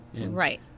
right